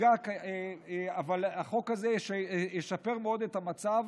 אבל החוק הזה ישפר מאוד את המצב.